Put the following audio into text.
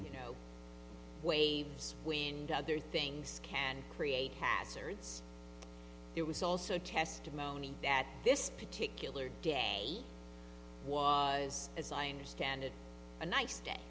you know waves wind other things can create hazards there was also testimony that this particular day was as i understand it a nice day